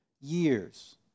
years